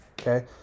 okay